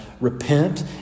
repent